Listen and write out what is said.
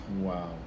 Wow